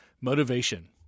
Motivation